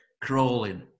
crawling